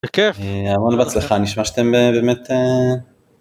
המון בהצלחה נשמע שאתם באמת...